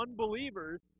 unbelievers